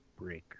Breaker